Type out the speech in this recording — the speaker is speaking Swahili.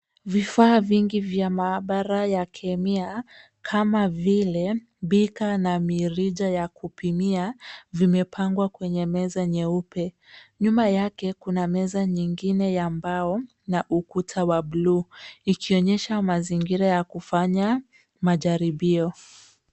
Vifaa vingi vya maabara ya kemia kama vile bika na mirija ya kupimia, vimepangwa kwenye meza nyeupe. Nyuma yake kuna meza nyingine ya mbao na ukuta wa uluu, ikionyesha mazingira ya kufanya majaribio.